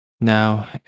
now